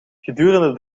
gedurende